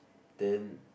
then